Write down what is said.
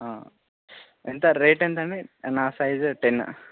ఎంత రేట్ ఎంతండి నా సైజు టెన్